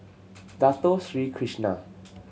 Dato Sri Krishna